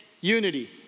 unity